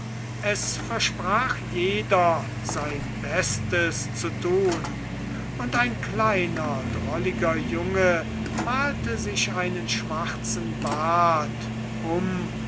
es versprach jeder sein bestes zu tun und ein kleiner drolliger junge malte sich einen schwarzen bart um